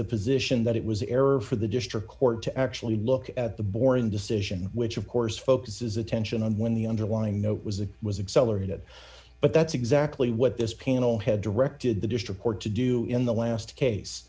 the position that it was error for the district court to actually look at the boring decision which of course focuses attention on when the underlying note was it was accelerated but that's exactly what this panel had directed the district court to do in the last case